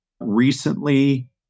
recently